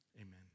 amen